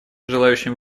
желающим